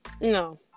No